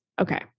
Okay